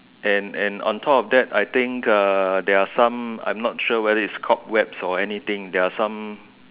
and and on top of that I think uh they are some I am not sure whether it's cobwebs or anything there are some